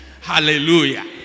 Hallelujah